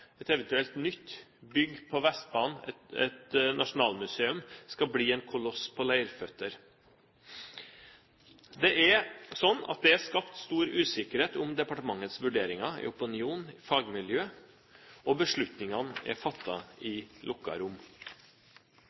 et eventuelt nytt bygg på Vestbanen, et nasjonalmuseum, skal bli en koloss på leirføtter. Det er sånn at det er skapt stor usikkerhet om departementets vurderinger i opinionen, i fagmiljøet, og beslutningene er fattet i